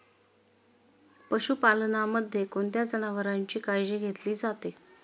पशुपालनामध्ये कोणत्या जनावरांची काळजी घेतली जाते?